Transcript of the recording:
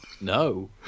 No